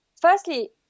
firstly